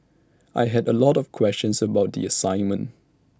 I had A lot of questions about the assignment